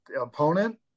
opponent